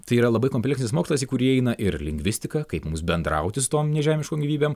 tai yra labai kompleksinis mokslas į kurį įeina ir lingvistika kaip mums bendrauti su tom nežemiškom gyvybėm